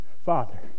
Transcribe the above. Father